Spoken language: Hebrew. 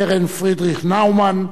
קרן פרידריך נאומן,